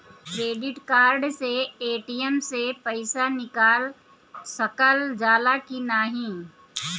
Credit card से ATM से पइसा निकाल सकल जाला की नाहीं?